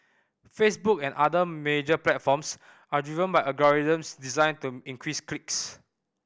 Facebook and other major platforms are driven by algorithms designed to increase clicks